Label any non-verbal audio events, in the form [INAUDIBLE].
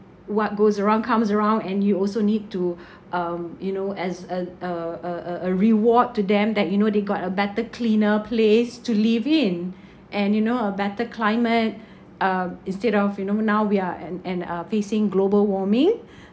what goes around comes around and you also need to [BREATH] um you know as a a a a a reward to them that you know they got a better cleaner place to live in and you know a better climate uh instead of you know now we are and and uh facing global warming